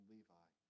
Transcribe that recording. Levi